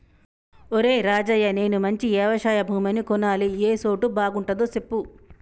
ఒరేయ్ రాజయ్య నేను మంచి యవశయ భూమిని కొనాలి ఏ సోటు బాగుంటదో సెప్పు